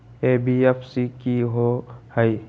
NBFC कि होअ हई?